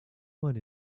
one